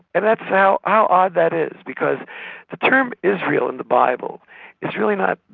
and that's how, how odd that is because the term israel in the bible is really not,